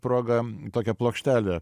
proga tokią plokštelę